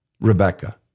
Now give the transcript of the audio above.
Rebecca